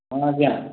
ହଁ ଆଜ୍ଞା